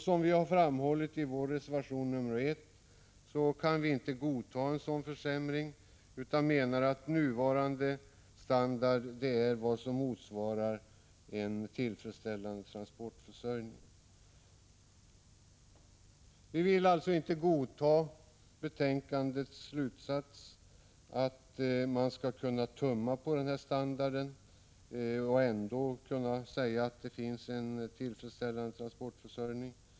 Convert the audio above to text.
Som vi har framhållit i vår reservation nr 1 kan vi inte godta en sådan försämring, utan menar att nuvarande standard är vad som motsvarar en tillfredsställande transportförsörjning. Vi vill alltså inte godta betänkandets slutsats att man skulle kunna tumma på standarden och ändå kunna säga att det finns en tillfredsställande transportförsörjning.